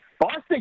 Boston